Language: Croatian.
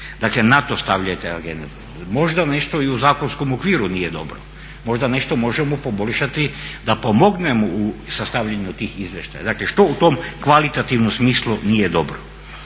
Dakle na to stavljajte …, možda nešto i u zakonskom okviru nije dobro, možda nešto možemo poboljšati da pomognemo u sastavljanju tih izvještaja, dakle što u tom kvalitativnom smislu nije dobro.